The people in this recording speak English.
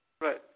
Right